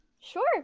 sure